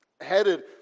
headed